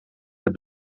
het